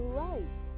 right